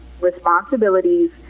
responsibilities